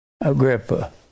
Agrippa